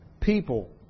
people